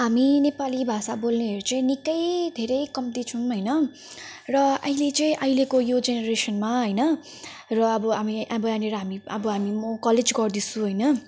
हामी नेपाली भाषा बोल्नेहरू चाहिँ निकै धेरै कम्ती छौँ हैन र अहिले चाहिँ अहिलेको यो जेनरेसनमा हैन र अब हामी अब यहाँनिर हामी अब हामी म कलेज गर्दैछु हैन